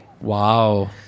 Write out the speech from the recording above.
Wow